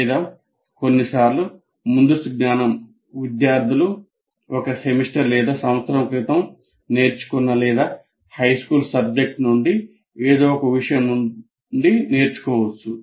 లేదా కొన్నిసార్లు ముందస్తు జ్ఞానం విద్యార్థులు ఒక సెమిస్టర్ లేదా సంవత్సరం క్రితం నేర్చుకున్న లేదా హైస్కూల్ సబ్జెక్టు నుండి ఏదో ఒక విషయం నుండి నేర్చుకోవచ్చు